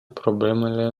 problemele